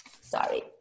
Sorry